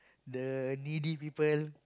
the needy people